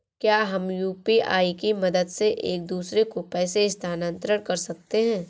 क्या हम यू.पी.आई की मदद से एक दूसरे को पैसे स्थानांतरण कर सकते हैं?